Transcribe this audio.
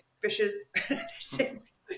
fishes